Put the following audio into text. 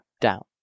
down